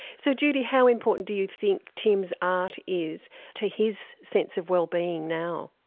so judy, how important do you think tim's art is to his sense of well-being now?